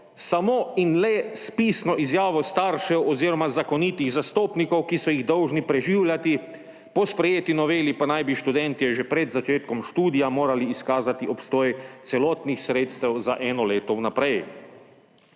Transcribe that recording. samo in le s pisno izjavo staršev oziroma zakonitih zastopnikov, ki so jih dolžni preživljati, po sprejeti noveli pa naj bi študentje že pred začetkom študija morali izkazati obstoj celotnih sredstev za eno leto vnaprej.